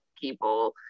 people